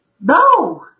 no